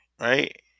right